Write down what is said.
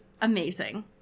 amazing